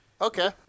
Okay